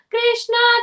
Krishna